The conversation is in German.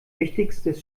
wichtigstes